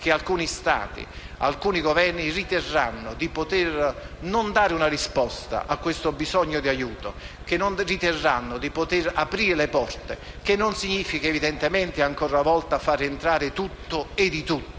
che alcuni Stati e Governi riterranno di poter non dare una risposta a questo bisogno di aiuto e di non aprire le porte, che non significa evidentemente ancora una volta far entrare tutto e di tutto,